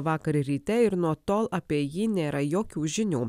vakar ryte ir nuo tol apie jį nėra jokių žinių